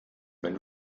wenn